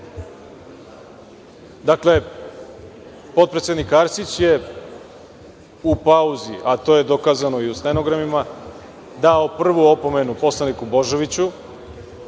potpredsednik Arsić je u pauzi, a to je dokazano i u stenogramima, dao prvu opomenu poslaniku Božoviću,